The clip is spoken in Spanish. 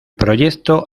proyecto